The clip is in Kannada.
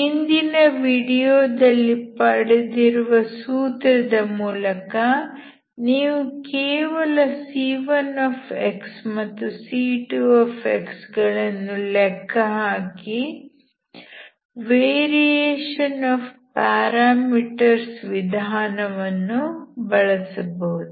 ಹಿಂದಿನ ವಿಡಿಯೋದಲ್ಲಿ ಪಡೆದಿರುವ ಸೂತ್ರದ ಮೂಲಕ ನೀವು ಕೇವಲ c1x ಮತ್ತು c2 ಗಳನ್ನು ಲೆಕ್ಕಹಾಕಿ ವೇರಿಯೇಶನ್ ಆಫ್ ಪ್ಯಾರಾಮೀಟರ್ಸ್ ವಿಧಾನವನ್ನು ಬಳಸಬಹುದು